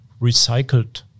recycled